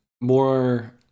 more